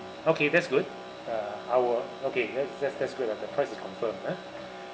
okay that's good uh I will okay that that's that's good ah the price is confirmed ah